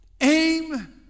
Aim